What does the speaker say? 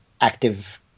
active